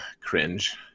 cringe